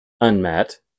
unmet